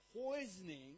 poisoning